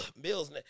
Bills